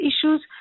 issues